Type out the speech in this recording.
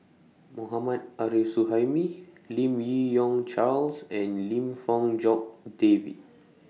Mohammad Arif Suhaimi Lim Yi Yong Charles and Lim Fong Jock David